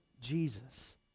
Jesus